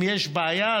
אם יש בעיה,